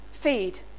Feed